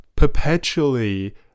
perpetually